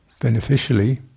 beneficially